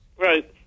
right